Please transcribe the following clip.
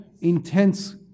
Intense